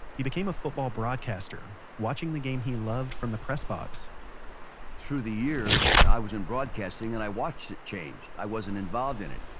he became a football broadcaster, watching the game he loved from the press box through the years, i was in broadcasting, and i watched it change. i wasn't involved in it.